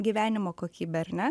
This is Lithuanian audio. gyvenimo kokybė ar ne